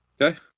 Okay